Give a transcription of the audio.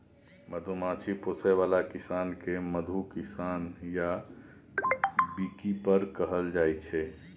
मधुमाछी पोसय बला किसान केँ मधु किसान या बीकीपर कहल जाइ छै